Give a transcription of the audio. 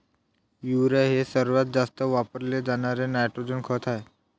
urea हे सर्वात जास्त वापरले जाणारे नायट्रोजन खत आहे